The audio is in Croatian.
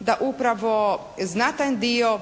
da upravo znatan dio